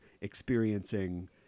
experiencing